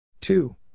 two